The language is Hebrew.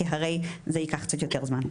כי הרי זה ייקח קצת יותר זמן.